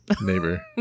neighbor